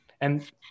And-